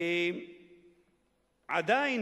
עדיין,